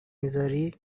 میذاری